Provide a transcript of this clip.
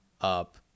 up